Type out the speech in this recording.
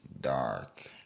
dark